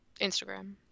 Instagram